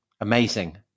amazing